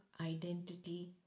identity